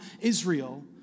Israel